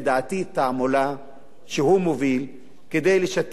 שהוא מוביל כדי לשתק את האזרחים,